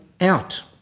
out